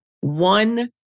One